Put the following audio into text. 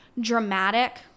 dramatic